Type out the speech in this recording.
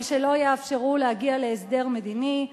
אבל שלא יאפשרו להגיע להסדר מדיני.